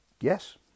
Yes